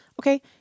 Okay